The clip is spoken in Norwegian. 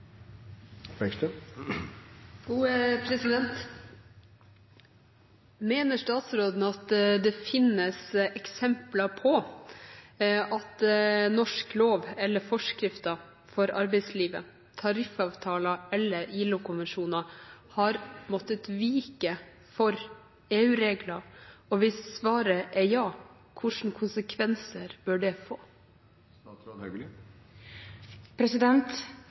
Mener statsråden at det finnes eksempler på at norsk lov eller forskrifter for arbeidslivet, tariffavtaler eller ILO-konvensjoner har måttet vike for EU-regler, og hvis svaret er ja, hvilke konsekvenser bør det få?